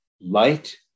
Light